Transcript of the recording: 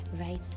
right